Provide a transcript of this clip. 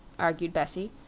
argued bessie,